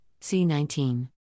C-19